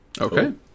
Okay